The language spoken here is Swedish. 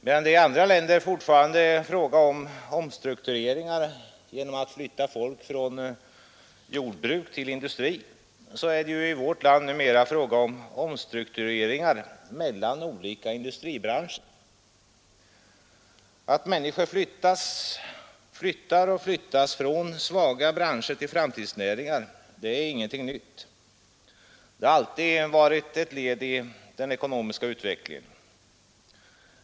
Medan man i andra länder fortfarande gör omstruktureringar genom att flytta folk från jordbruk till industri sker ju i vårt land numera omstruktureringar mellan olika industribranscher, Att människor flyttar och flyttas från svaga branscher till framtidsnäringar är ingenting nytt. Det har alltid varit ett led i den ekonomiska utvecklingen.